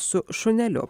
su šuneliu